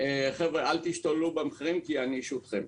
חבר'ה, אל תשתוללו במחירים כי יענישו אתכם.